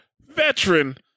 veteran